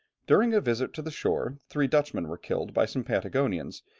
during a visit to the shore three dutchmen were killed by some patagonians,